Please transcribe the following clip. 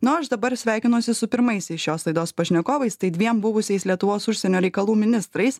na o aš dabar sveikinuosi su pirmaisiais šios laidos pašnekovais tai dviem buvusiais lietuvos užsienio reikalų ministrais